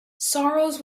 sorrows